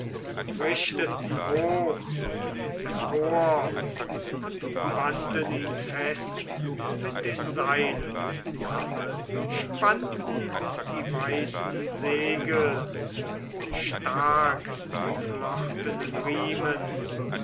richteten hoch ihn empor und banden ihn fest mit den seilen spannten die weißen segel mit starkgeflochtenen riemen